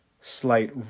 slight